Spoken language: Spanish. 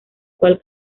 cual